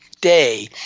day